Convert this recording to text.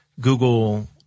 Google